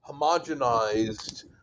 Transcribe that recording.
homogenized